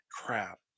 crap